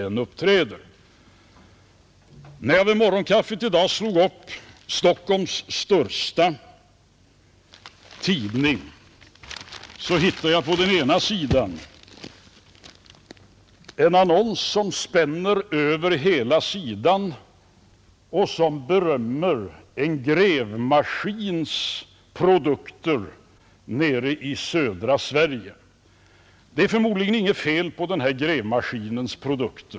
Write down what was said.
När jag vid morgonkaffet i dag slog upp Stockholms största morgontidning, hittade jag en annons som spänner över hela sidan och som berömmer produkterna från en grävmaskinsfirma i södra Sverige. Det är förmodligen inget fel på det företagets maskiner.